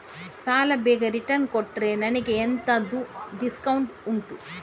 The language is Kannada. ಸಾಲ ಬೇಗ ರಿಟರ್ನ್ ಕೊಟ್ರೆ ನನಗೆ ಎಂತಾದ್ರೂ ಡಿಸ್ಕೌಂಟ್ ಉಂಟಾ